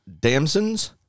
damsons